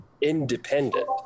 independent